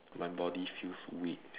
my body feels weak